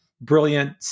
brilliant